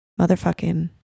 motherfucking